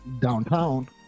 downtown